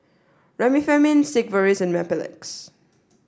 Remifemin Sigvaris and Mepilex